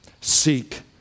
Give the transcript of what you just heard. Seek